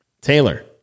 Taylor